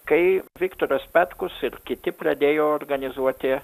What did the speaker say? kai viktoras petkus ir kiti pradėjo organizuoti